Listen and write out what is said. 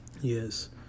Yes